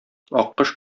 аккош